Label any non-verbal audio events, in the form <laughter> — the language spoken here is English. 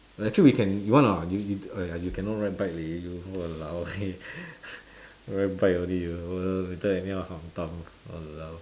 actually we can you want or not you you !aiya! you cannot ride bike leh you !walao! eh <laughs> ride bike only you also later anyhow hantam !walao!